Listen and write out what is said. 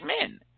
men